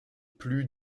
plus